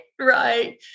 Right